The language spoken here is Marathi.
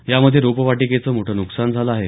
यामध्ये रोपवाटिकेचं मोठं नुकसान झालं आहे